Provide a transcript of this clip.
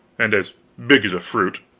and as big as a fruit.